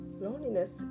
loneliness